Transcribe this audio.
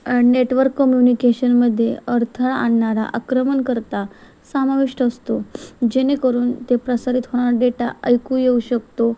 network कम्युनिकेशनमध्ये अडथळा आणणारा आक्रमणकर्ता समाविष्ट असतो जेणेकरून ते प्रसारित होणारा डेटा ऐकू येऊ शकतो